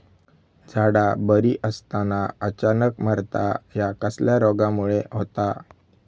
झाडा बरी असताना अचानक मरता हया कसल्या रोगामुळे होता?